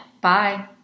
Bye